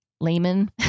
layman